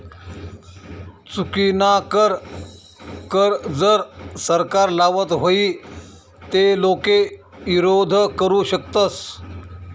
चुकीनाकर कर जर सरकार लावत व्हई ते लोके ईरोध करु शकतस